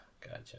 gotcha